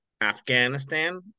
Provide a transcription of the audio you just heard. Afghanistan